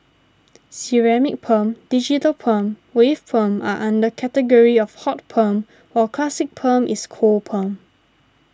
ceramic perm digital perm wave perm are under category of hot perm while classic perm is cold perm